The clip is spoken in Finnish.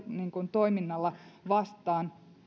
toiminnalla vastaan